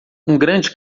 grande